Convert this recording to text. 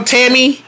Tammy